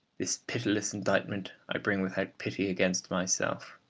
this pitiless indictment i bring without pity against myself.